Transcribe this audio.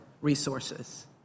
resources